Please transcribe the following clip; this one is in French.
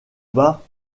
bas